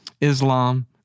Islam